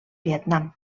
vietnam